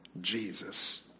Jesus